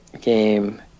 game